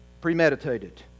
premeditated